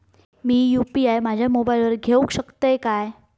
मी UPI माझ्या मोबाईलावर घेवक शकतय काय?